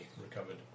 recovered